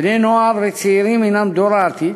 בני-נוער וצעירים הם דור העתיד,